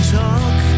talk